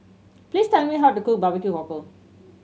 please tell me how to cook barbecue